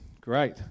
Great